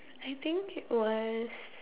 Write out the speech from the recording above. I think it was